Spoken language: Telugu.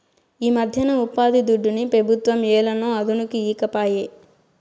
ఈమధ్యన ఉపాధిదుడ్డుని పెబుత్వం ఏలనో అదనుకి ఈకపాయే